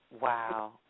Wow